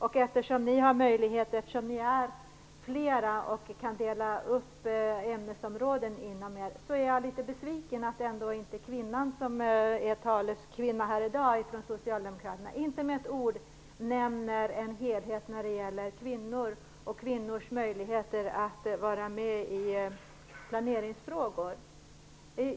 Ni är ju flera och har alltså möjlighet att dela upp ämnesområden mellan er. Därför är jag litet besviken över att den kvinna som är taleskvinna här i dag från Socialdemokraterna inte med ett ord nämner en helhet när det gäller kvinnor och kvinnors möjligheter att vara med i planeringsfrågor.